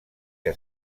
que